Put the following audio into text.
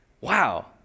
Wow